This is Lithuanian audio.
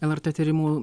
lrt tyrimų